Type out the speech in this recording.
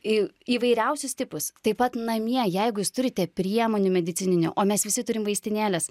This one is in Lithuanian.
į įvairiausius tipus taip pat namie jeigu jūs turite priemonių medicininių o mes visi turim vaistinėles